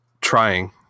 trying